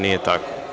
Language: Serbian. Nije tako.